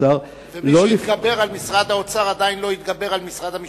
ומי שהתגבר על משרד האוצר עדיין לא התגבר על משרד המשפטים.